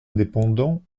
indépendant